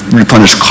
Replenish